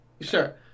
Sure